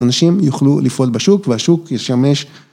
‫אנשים יוכלו לפעול בשוק, ‫והשוק ישמש...